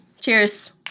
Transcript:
Cheers